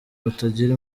batagira